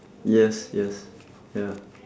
yes yes ya